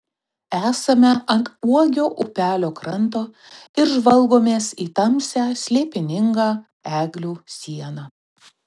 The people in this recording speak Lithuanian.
esame ant uogio upelio kranto ir žvalgomės į tamsią slėpiningą eglių sieną